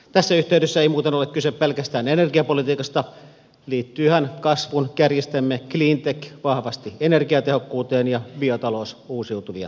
tässä yhteydessä ei muuten ole kyse pelkästään energiapolitiikasta liittyyhän kasvun kärjistämme cleantech vahvasti energiatehokkuuteen ja biotalous uusiutuvien edistämiseen